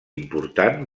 important